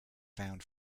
found